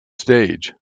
stage